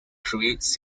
creates